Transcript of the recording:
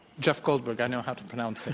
jeff goldberg. i know how to pronounce it.